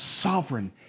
sovereign